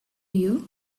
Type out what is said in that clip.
you